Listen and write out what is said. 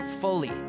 fully